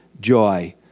joy